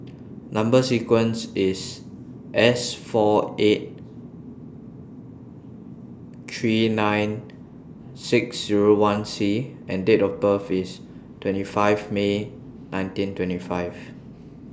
Number sequence IS S four eight three nine six Zero one C and Date of birth IS twenty five May nineteen twenty five